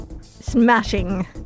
Smashing